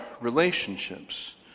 relationships